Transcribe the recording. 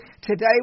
today